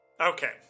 Okay